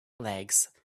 legs